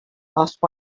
asked